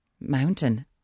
Mountain